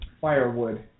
firewood